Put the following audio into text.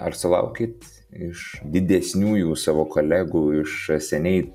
ar sulaukėt iš didesniųjų savo kolegų iš seniai